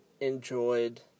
enjoyed